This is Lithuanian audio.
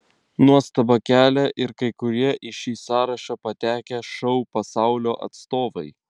nuostabą kelia ir kai kurie į šį sąrašą patekę šou pasaulio atstovai